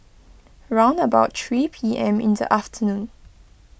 round about three P M in the afternoon